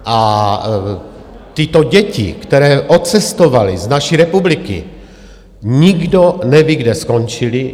A tyto děti, které odcestovaly z naší republiky, nikdo neví, kde skončily.